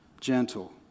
gentle